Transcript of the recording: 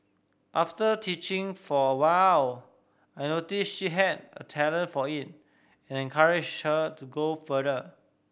after teaching for a while I noticed she had a talent for it and encouraged her to go further